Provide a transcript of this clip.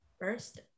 first